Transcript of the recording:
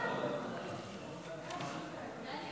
הצעת